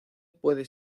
puede